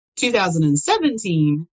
2017